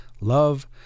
love